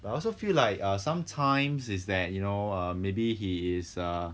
but I also feel like sometimes is that you know err maybe he is err